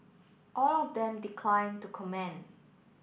all of them declined to comment